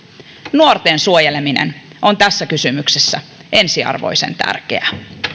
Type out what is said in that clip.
nuorten suojeleminen on tässä kysymyksessä ensiarvoisen tärkeää